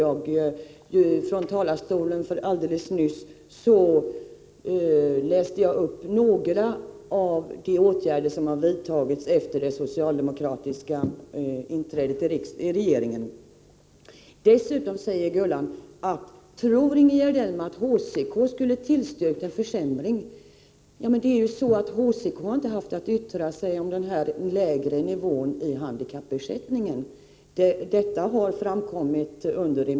I talarstolen räknade jag alldeles nyss upp några av de åtgärder som har vidtagits efter det socialdemokratiska regeringstillträdet. Gullan Lindblad frågar om jag tror att HCK skulle ha tillstyrkt en försämring. HCK har emellertid inte yttrat sig i ärendet rörande handikappersättningens lägre nivå.